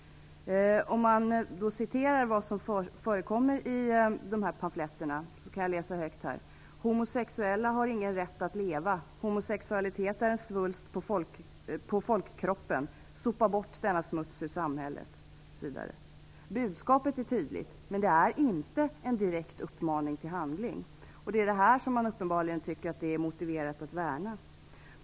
Jag kan ge exempel på vad som förekommer i pamfletter genom att läsa högt: Homosexuella har ingen rätt att leva. Homosexualitet är en svulst på folkkroppen. Sopa bort denna smuts ur samhället! Budskapet är tydligt, men det innebär inte någon direkt uppmaning till handling. Uppenbarligen tycker man att det är motiverat att värna om detta.